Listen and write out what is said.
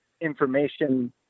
information